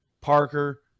Parker